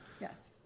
Yes